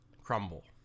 crumble